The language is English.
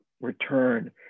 return